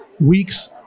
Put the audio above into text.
weeks